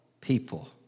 people